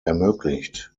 ermöglicht